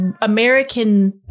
American